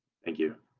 thank you